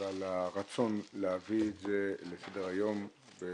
ועל הרצון להביא את זה לסדר-היום.